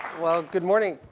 well good morning.